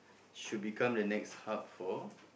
should become the next hub for